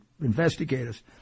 investigators